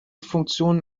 funktionen